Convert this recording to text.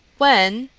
when?